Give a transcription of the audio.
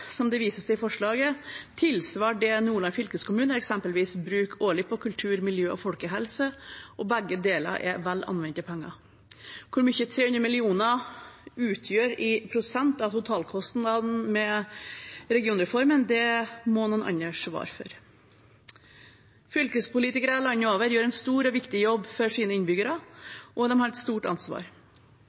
som det vises til i forslaget, tilsvarer det Nordland fylkeskommune eksempelvis bruker årlig på kultur, miljø og folkehelse – og begge deler er vel anvendte penger. Hvor mye 300 mill. kr utgjør i prosent av totalkostnaden med regionreformen, må noen andre svare på. Fylkespolitikere landet over gjør en stor og viktig jobb for sine innbyggere, og de har et stort ansvar.